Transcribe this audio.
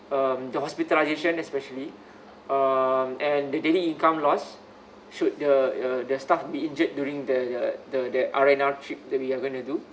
um the hospitalization especially um and the~ the daily income loss should the uh the staff being injured during the uh the the R&R trip that we're going to do